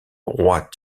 roi